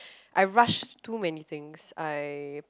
I rush too many things I